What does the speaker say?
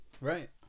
Right